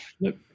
Nope